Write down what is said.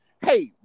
Hey